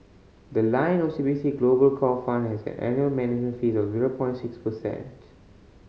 the Lion O C B C Global Core Fund has an annual manage fee of zero point six percent